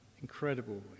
Incredible